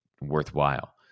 worthwhile